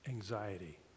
anxiety